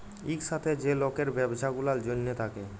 ইকসাথে যে লকের ব্যবছা গুলার জ্যনহে থ্যাকে